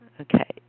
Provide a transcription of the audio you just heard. Okay